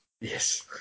Yes